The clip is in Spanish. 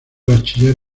bachiller